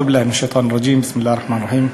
(אומר דברים בשפה הערבית, להלן תרגומם: